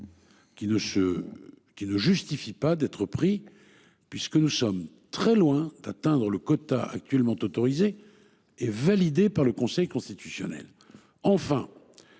Qui ne justifie pas d'être pris puisque nous sommes très loin d'atteindre le quota actuellement autorisés et validé par le Conseil constitutionnel,